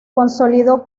consolidó